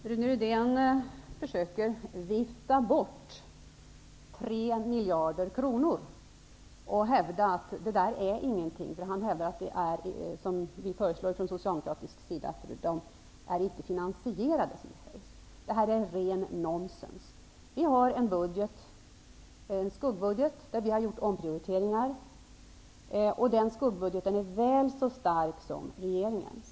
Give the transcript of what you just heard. Fru talman! Rune Rydén försöker vifta bort 3 miljarder kronor. Han hävdar att det inte är fråga om något förslag. Han menar att pengarna inte har finansierats från socialdemokratisk sida. Det är rent nonsens. Vi har en skuggbudget där vi har gjort omprioriteringar. Den skuggbudgeten är väl så stark som regeringens budget.